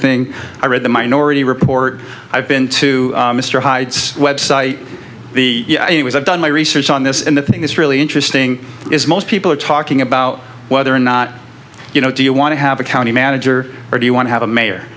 thing i read the minority report i've been to mr hyde's website the it was i've done my research on this and the thing that's really interesting is most people are talking about whether or not you know do you want to have a county manager or do you want to have a mayor